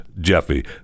Jeffy